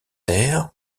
terres